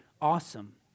awesome